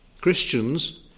Christians